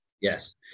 Yes